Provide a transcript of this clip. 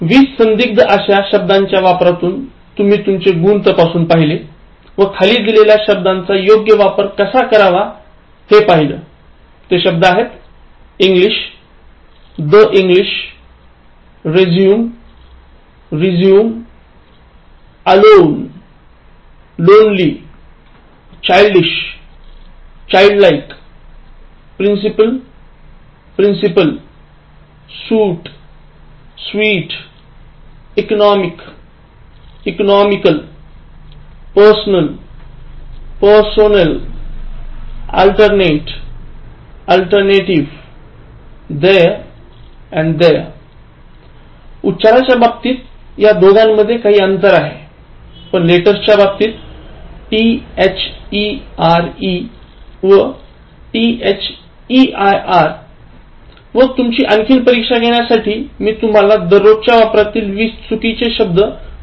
२० संधिगत अश्या शब्दांच्या वापरातून तुम्ही तुमचे गुण तपासून पहिले व खाली दिलेल्या शब्दांचा योग्य वापर कसा करावा हे पाहिलं English the English resume resume alone lonely childish childlike principal principle suit sweet economic economical personal personnel alternate alternative there their उच्चाराच्या बाबतीत या दोघांमध्ये काही अंतर नाही पण लेटर्सच्या बाबतीत there व THEIR आहे व तुमची आणखीन परीक्षा घेण्यासाठी मी तुम्हाला दररोजच्या वापरातील २० चुकीचे शब्द व वाक्य दिले